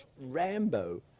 Rambo